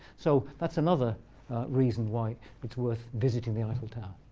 so that's another reason why it's worth visiting the eiffel tower.